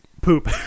poop